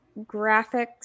graphics